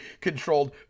controlled